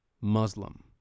Muslim